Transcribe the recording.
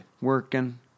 Working